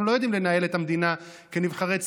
אנחנו לא יודעים לנהל את המדינה כנבחרי ציבור,